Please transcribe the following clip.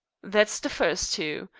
that's the first two.